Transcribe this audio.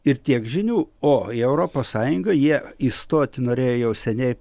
ir tiek žinių o į europos sąjungą jie įstoti norėjo jau seniai